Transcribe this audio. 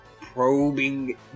probing